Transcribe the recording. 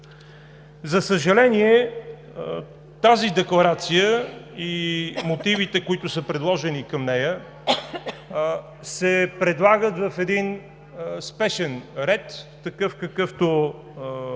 За съжаление, тази декларация и мотивите, които са приложени към нея, се предлагат в един спешен ред, какъвто